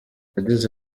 yagize